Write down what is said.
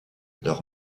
leur